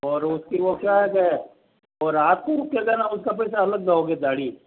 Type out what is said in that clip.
और उसकी वो क्या है और आपको रुपया लेना उसका पैसा अलग दहाड़ी